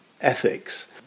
ethics